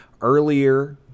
earlier